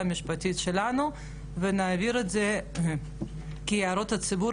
המשפטית שלנו ונעביר את זה כהערות הציבור,